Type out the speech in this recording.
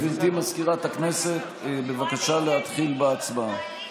גברתי מזכירת הכנסת, בבקשה להתחיל בהצבעה.